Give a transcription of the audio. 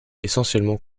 essentiellement